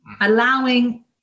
Allowing